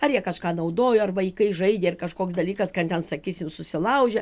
ar jie kažką naudojo ar vaikai žaidė ir kažkoks dalykas kad ten sakysim susilaužė